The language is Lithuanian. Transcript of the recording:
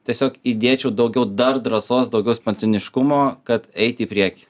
tiesiog įdėčiau daugiau dar drąsos daugiau spontaniškumo kad eit į priekį